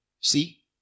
See